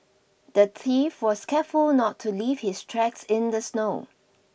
the thief was careful not leave his tracks in the snow